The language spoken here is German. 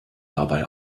dabei